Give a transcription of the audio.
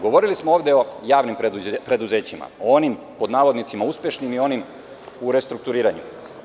Govorili smo ovde o javnim preduzećima, o onim, pod navodnicima, uspešnim i onim u restrukturiranju.